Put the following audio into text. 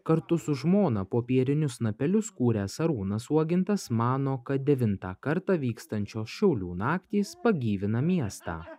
kartu su žmona popierinius snapelius kūręs arūnas uogintas mano kad devintą kartą vykstančios šiaulių naktys pagyvina miestą